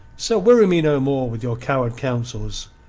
so weary me no more with your coward counsels.